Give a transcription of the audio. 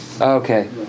Okay